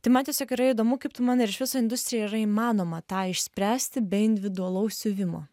tai man tiesiog yra įdomu kaip tu manai ar iš viso industrijoj yra įmanoma tą išspręsti be individualaus siuvimo